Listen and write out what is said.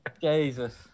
jesus